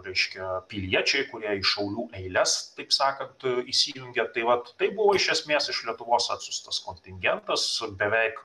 reiškia piliečiai kurie į šaulių eiles taip sakant įsijungia tai vat tai buvo iš esmės iš lietuvos atsiųstas kontingentas beveik